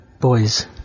Boys